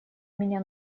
меня